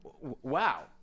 Wow